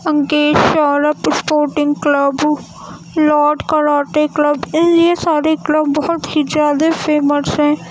encash Saurabh sporting club لاٹ karate club یہ سارے کلب بہت ہی زیادہ فیمس ہیں